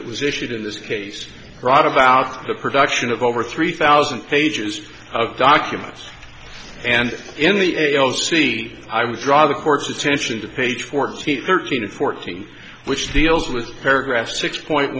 that was issued in this case brought about the production of over three thousand pages of documents and in the a l c i would draw the court's attention to page fourteen thirteen fourteen which deals with paragraph six point